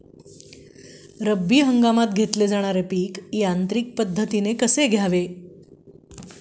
रब्बी हंगामात घेतले जाणारे पीक यांत्रिक पद्धतीने कसे करावे?